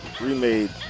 remade